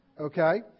okay